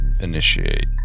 initiate